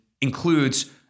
includes